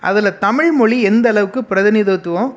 அதில் தமிழ்மொழி எந்தளவுக்கு பிரதிநித்துவம்